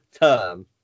term